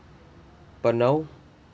but now